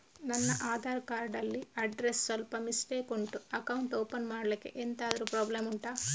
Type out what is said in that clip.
ನನ್ನ ಆಧಾರ್ ಕಾರ್ಡ್ ಅಲ್ಲಿ ಅಡ್ರೆಸ್ ಸ್ವಲ್ಪ ಮಿಸ್ಟೇಕ್ ಉಂಟು ಅಕೌಂಟ್ ಓಪನ್ ಮಾಡ್ಲಿಕ್ಕೆ ಎಂತಾದ್ರು ಪ್ರಾಬ್ಲಮ್ ಉಂಟಾ